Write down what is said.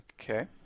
Okay